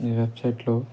మీ వెబ్సైట్లో